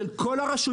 של כל הרשויות,